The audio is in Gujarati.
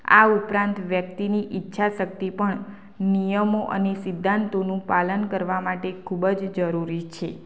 આ ઉપરાંત વ્યક્તિની ઈચ્છા શક્તિ પણ નિયમો અને સિદ્ધાંતોનું પાલન કરવા માટે ખૂબ જ જરૂરી છે